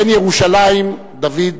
בן ירושלים, דוד רזיאל.